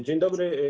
Dzień dobry.